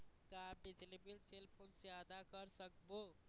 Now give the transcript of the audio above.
का बिजली bill cell phone से आदा कर सकबो?